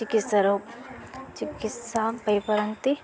ଚିକିତ୍ସା ର ଚିକିତ୍ସା ପାଇପାରନ୍ତି